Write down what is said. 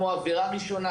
כמו: עבירה ראשונה,